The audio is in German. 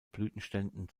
blütenständen